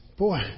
Boy